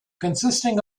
consisting